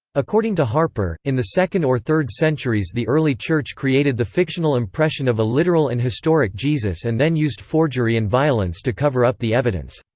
according to harpur, in the second or third centuries the early church created the fictional impression of a literal and historic jesus and then used forgery and violence to cover up the evidence.